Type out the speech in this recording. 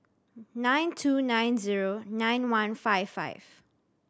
nine two nine zero nine one five five